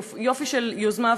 יופי של יוזמה,